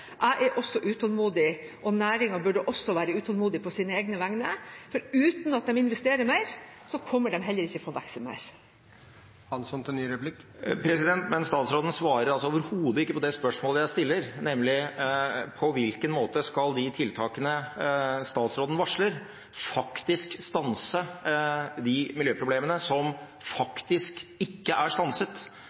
jeg er også utålmodig, og næringen burde også være utålmodig på egne vegne, for uten at de investerer mer, kommer de heller ikke til å vokse mer. Statsråden svarer overhodet ikke på det spørsmålet jeg stiller, nemlig: På hvilken måte skal de tiltakene statsråden varsler, stanse de miljøproblemene som faktisk ikke er stanset?